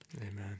Amen